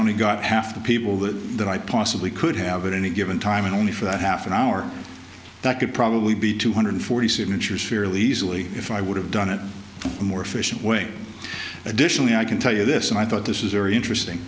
only got half the people that that i possibly could have at any given time and only for that half an hour that could probably be two hundred forty signatures fairly easily if i would have done it in a more efficient way additionally i can tell you this and i thought this is very interesting